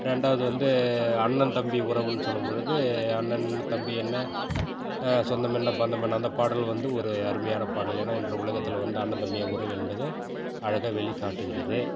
ரெண்டாவது வந்து அண்ணன் தம்பி உறவுன்னு சொல்லும் பொழுது அண்ணன் தம்பி என்ன சொந்தம் என்ன பந்தம் என்ன அந்த பாடல் வந்து ஒரு அருமையான பாடல் ஏனால் இன்றைய உலகத்தில் வந்து அண்ணன் தம்பி உறவு என்பது அழகாக வெளிக் காட்டுகிறது